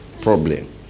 problem